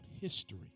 history